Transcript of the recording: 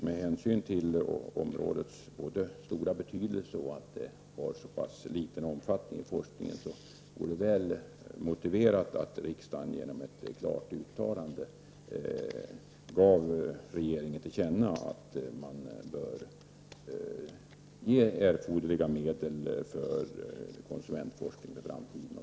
Med hänsyn både till områdets stora betydelse och till dess ringa omfattning i forskningen vore det väl motiverat att riksdagen genom ett klart uttalande gav regeringen till känna att man bör anslå erforderliga medel för konsumentforskning i framtiden.